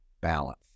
balance